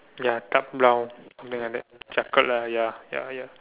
ya dark brown something like that chocolate ya ya ya